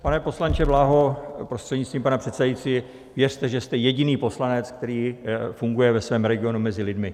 Pane poslanče Bláho, prostřednictvím pana předsedajícího, věřte, že jste jediný poslanec, který funguje ve svém regionu mezi lidmi.